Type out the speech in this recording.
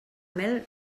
mel